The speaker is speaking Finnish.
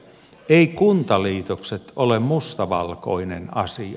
eivät kuntaliitokset ole mustavalkoinen asia